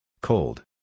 Cold